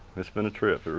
it's been a trip,